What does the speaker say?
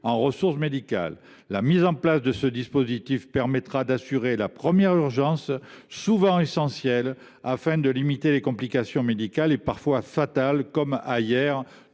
en ressources médicales. La mise en place de ce dispositif permettrait d’assurer la première urgence, souvent essentielle pour limiter les complications médicales qui sont parfois fatales – l’exemple